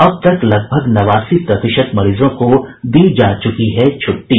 अब तक लगभग नवासी प्रतिशत मरीजों को दी जा चुकी है छुट्टी